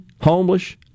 homeless